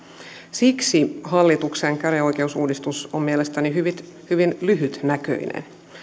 siksi hallituksen käräjäoikeusuudistus on mielestäni hyvin hyvin lyhytnäköinen